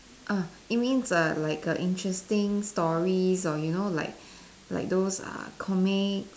uh it means err like err interesting stories or you know like like those uh comics